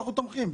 אנחנו תומכים.